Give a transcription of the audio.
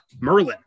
Merlin